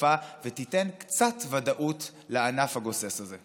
הכפפה ותיתן קצת ודאות לענף הגוסס הזה.